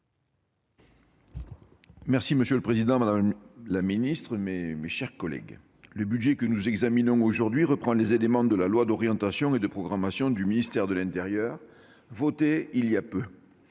Marc. Monsieur le président, madame la ministre, mes chers collègues, le budget que nous examinons aujourd'hui reprend les éléments du projet de loi d'orientation et de programmation du ministère de l'intérieur, voté en